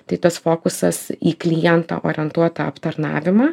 tai tas fokusas į klientą orientuotą aptarnavimą